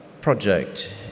project